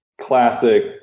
classic